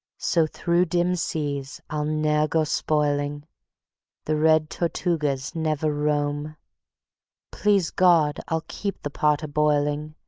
so through dim seas i'll ne'er go spoiling the red tortugas never roam please god! i'll keep the pot a-boiling,